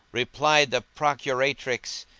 replied the procuratrix,